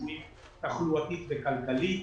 תחלואתית וכלכלית.